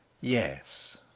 Yes